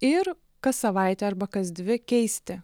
ir kas savaitę arba kas dvi keisti